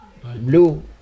blue